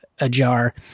ajar